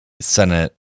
Senate